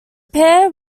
pair